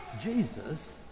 Jesus